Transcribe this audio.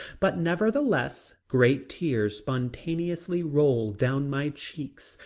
but nevertheless great tears spontaneously rolled down my cheeks,